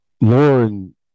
Lauren